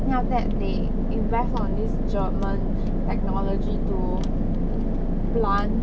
then after that they invest on this german technology to plant